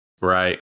Right